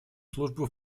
службу